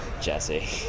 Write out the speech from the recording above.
Jesse